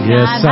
Yes